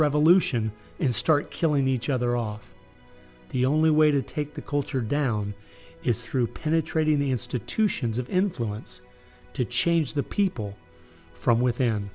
revolution and start killing each other off the only way to take the culture down is through penetrating the institutions of influence to change the people from within